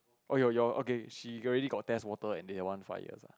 oh your your okay she already got test water and they want five years ah